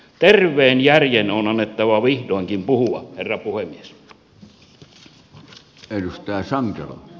terveen järjen on annettava vihdoinkin puhua herra puhemies